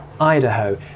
Idaho